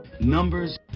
Numbers